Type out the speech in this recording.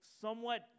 somewhat